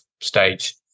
stage